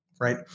Right